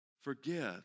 Forgive